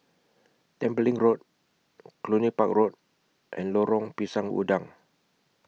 Tembeling Road Cluny Park Road and Lorong Pisang Udang